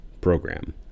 program